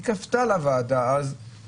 אז היא כפתה על הוועדה את הנושא.